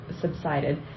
subsided